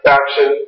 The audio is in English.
action